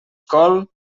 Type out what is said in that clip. col